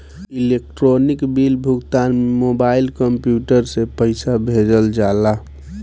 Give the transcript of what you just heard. electronic bill भुगतान में mobile, computer से पईसा भेजल जाला